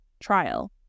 trial